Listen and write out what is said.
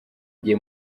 gihe